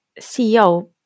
CEO